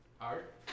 Art